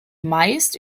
meist